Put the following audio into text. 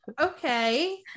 Okay